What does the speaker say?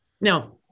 Now